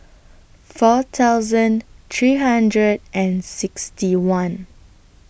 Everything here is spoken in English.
four thousand three hundred and sixty one